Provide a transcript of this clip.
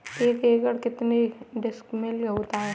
एक एकड़ में कितने डिसमिल होता है?